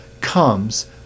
comes